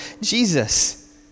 Jesus